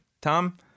Tom